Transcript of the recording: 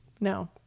no